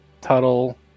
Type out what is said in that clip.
Tuttle